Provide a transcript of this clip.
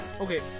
Okay